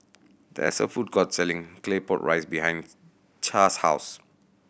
there is a food court selling Claypot Rice behind Cass' house